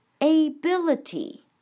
ability